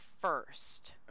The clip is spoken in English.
first